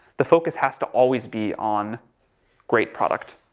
the focus has to always be on great product.